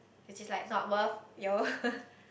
which is like not worth